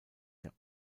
der